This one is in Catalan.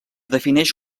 defineix